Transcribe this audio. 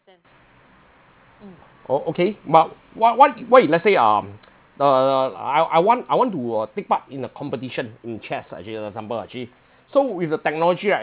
oh okay but what what what if let's say um err I I want I want to take part in a competition in chess as a example actually so with the technology right